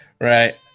Right